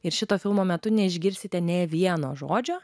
ir šito filmo metu neišgirsite nei vieno žodžio